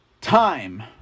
time